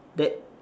that